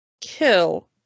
kill